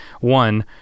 one